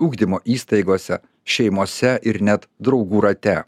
ugdymo įstaigose šeimose ir net draugų rate